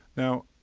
now,